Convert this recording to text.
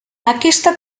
aquesta